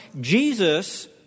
Jesus